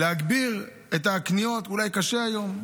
להגביר את הקניות אולי קשה היום,